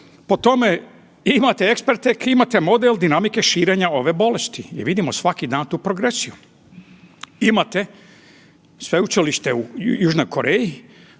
Po tome imate eksperte imate model dinamike širenja ove bolesti i vidimo svaki dan tu progresiju. Imate Sveučilište u Južnoj Koreji